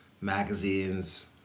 magazines